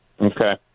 Okay